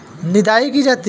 निदाई की जाती है?